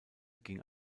ging